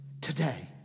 today